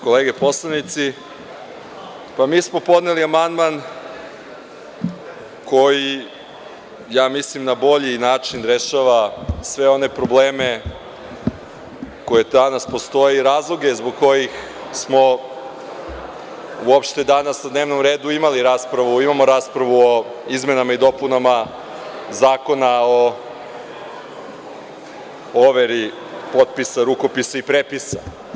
Kolege poslanici, mi smo podneli amandman koji, ja mislim, na bolji način rešava sve one probleme koji danas postoje i razloge zbog kojih smo uopšte danas o dnevnom redu imali raspravu, imamo raspravu o izmenama i dopunama Zakona o overi potpisa, rukopisa i prepisa.